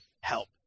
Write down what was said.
help